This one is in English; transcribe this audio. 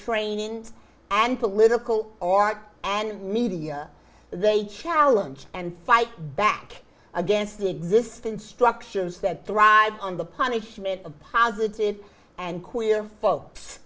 training and political art and media they challenge and fight back against existence structures that thrive on the punishment of positive and queer folks